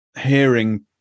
hearing